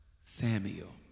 Samuel